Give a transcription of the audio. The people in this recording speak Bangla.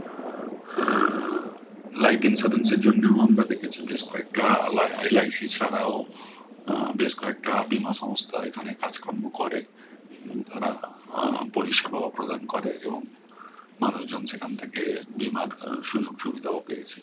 লাইফ ইনসিওরেন্সের জন্যেও আমরা দেখেছি বেশ কয়েকটা আলাই এল আই সি ছাড়াও বেশ কয়েকটা বিমা সংস্থা এখানে কাজকর্ম করে তারা পরিষেবাও প্রদান করে এবং মানুষজন সেখান থেকে বিমার সুযোগ সুবিধাও পেয়েছে